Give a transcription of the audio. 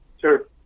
Sure